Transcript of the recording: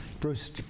Bruce